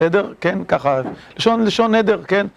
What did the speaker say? אדר, כן, ככה, לשון אדר, כן